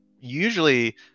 usually